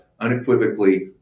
unequivocally